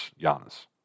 Giannis